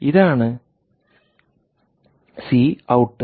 ഇതാണ് ഇത് C out